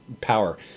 power